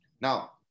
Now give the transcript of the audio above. Now